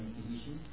position